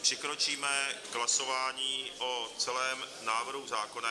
Přikročíme k hlasování o celém návrhu zákona.